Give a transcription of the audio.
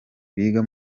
biga